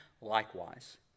likewise